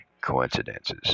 coincidences